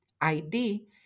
ID